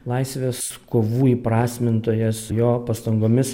laisvės kovų įprasmintojas jo pastangomis